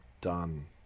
done